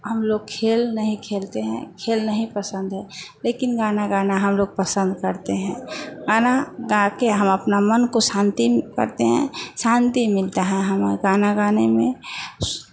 हम लोग खेल नहीं खेलते हैं खेल नहीं पसंद है लेकिन गाना गाना हम लोग पसंद करते हैं गाना गाकर हम अपने मन को शांत करते हैं शांति मिलती है हमें गाना गाने में सु